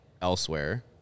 elsewhere